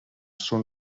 són